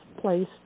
place